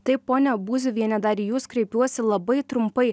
taip ponia būziuviene dar į jus kreipiuosi labai trumpai